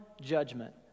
judgment